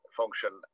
function